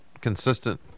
consistent